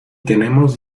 tenemos